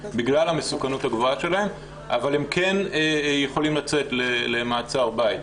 בגלל המסוכנות הגבוהה שלהם אבל הם כן יכולים לצאת למעצר בית.